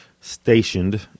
stationed